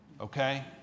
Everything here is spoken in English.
okay